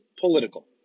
political